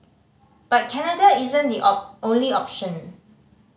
but Canada isn't the only option